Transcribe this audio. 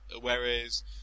Whereas